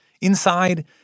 Inside